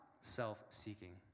self-seeking